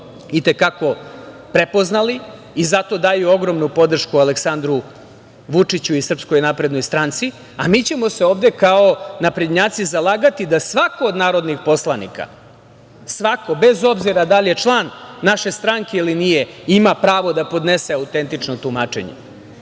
i te kako prepoznali i zato daju ogromnu podršku Aleksandru Vučiću i SNS, a mi ćemo se ovde kao naprednjaci zalagati da svako od narodnih poslanika, svako, bez obzira da li je član naše stranke ili nije, ima pravo da podnese autentično tumačenje.